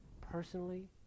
Personally